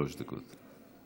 שלוש דקות.